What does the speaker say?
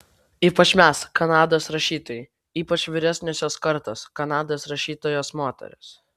ypač mes kanados rašytojai ypač vyresniosios kartos kanados rašytojos moterys